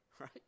right